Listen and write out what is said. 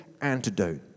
antidote